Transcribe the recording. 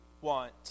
want